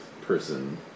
person